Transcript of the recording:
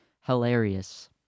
hilarious